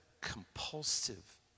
compulsive